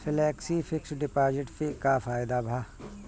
Flexi fix deposit से का फायदा भा?